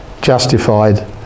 justified